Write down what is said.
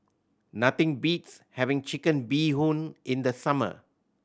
nothing beats having Chicken Bee Hoon in the summer